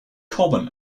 common